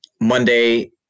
Monday